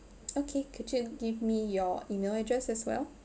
okay could you give me your email address as well